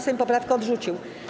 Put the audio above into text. Sejm poprawkę odrzucił.